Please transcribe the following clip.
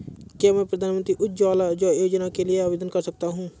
क्या मैं प्रधानमंत्री उज्ज्वला योजना के लिए आवेदन कर सकता हूँ?